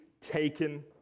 taken